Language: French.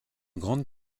grande